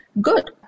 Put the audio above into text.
Good